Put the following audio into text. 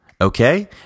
okay